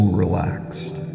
relaxed